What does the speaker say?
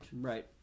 Right